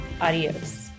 Adios